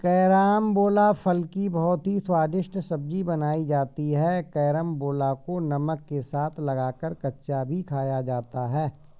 carambola फल की बहुत ही स्वादिष्ट सब्जी बनाई जाती है कैरमबोला को नमक के साथ लगाकर कच्चा भी खाया जाता है